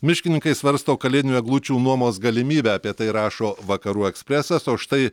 miškininkai svarsto kalėdinių eglučių nuomos galimybę apie tai rašo vakarų ekspresas o štai